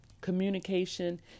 communication